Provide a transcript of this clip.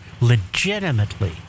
legitimately